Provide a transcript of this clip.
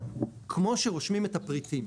כמו שרושמים את הפריטים